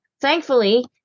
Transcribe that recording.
Thankfully